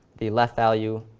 the left value,